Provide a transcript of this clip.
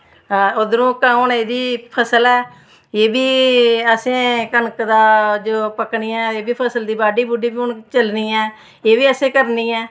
उद्धरूं हून एह्दी फसल ऐ एह् बी असें कनक दा जो पक्कनी ऐ एह् बी फसल दी बाह्ड्डी बूह्ड्डी बी हून चलनी ऐं एह् बी असें करनी ऐं